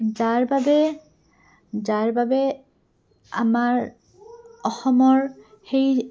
যাৰ বাবে যাৰ বাবে আমাৰ অসমৰ সেই